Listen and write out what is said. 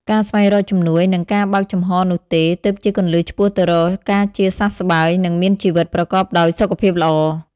ការស្វែងរកជំនួយ និងការបើកចំហនោះទេ ទើបជាគន្លឹះឆ្ពោះទៅរកការជាសះស្បើយ និងមានជីវិតប្រកបដោយសុខភាពល្អ។